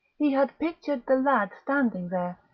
he had pictured the lad standing there,